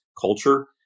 culture